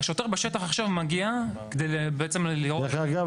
השוטר בשטח מגיע --- דרך אגב,